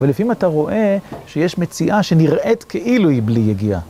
ולפעמים אתה רואה שיש מציאה שנראית כאילו היא בלי יגיעה.